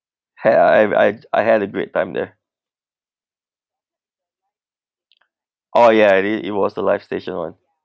had I I I had a great time there oh yeah it is it was the live station one